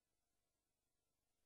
תקשיב.